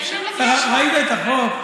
ראית את החוק?